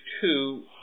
two